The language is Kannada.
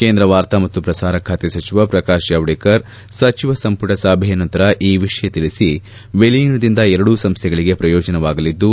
ಕೇಂದ್ರ ವಾರ್ತಾ ಮತ್ತು ಪ್ರಸಾರ ಖಾತೆ ಸಚಿವ ಪ್ರಕಾಶ್ ಜಾವಡೇಕರ್ ಸಚಿವ ಸಂಪುಟ ಸಭೆಯ ನಂತರ ಈ ವಿಷಯ ತಿಳಿಸಿ ವಿಲೀನದಿಂದ ಎರಡೂ ಸಂಸ್ಟೆಗಳಿಗೆ ಪ್ರಯೋಜನವಾಗಲಿದ್ದು